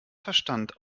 verstand